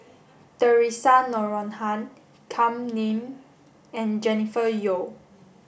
Theresa Noronha Kam Ning and Jennifer Yeo